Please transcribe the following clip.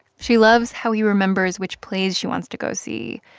she loves how he remembers which plays she wants to go see,